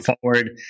forward